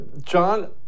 John